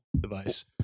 device